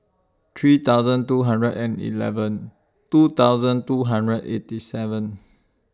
three thousand two hundred and eleven two thousand two hundred eighty seven